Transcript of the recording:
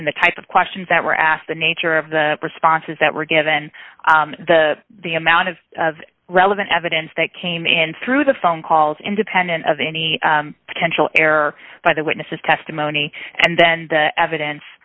in the type of questions that were asked the nature of the responses that were given the the amount of relevant evidence that came in through the phone calls independent of any potential error by the witness's testimony and then the evidence